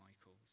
Michael's